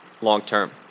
long-term